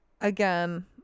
again